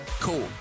Cool